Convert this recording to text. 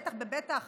בטח ובטח